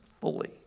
fully